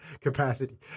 capacity